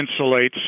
insulates